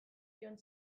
joan